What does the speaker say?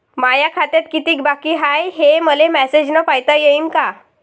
माया खात्यात कितीक बाकी हाय, हे मले मेसेजन पायता येईन का?